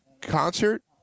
concert